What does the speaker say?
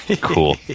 Cool